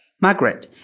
Margaret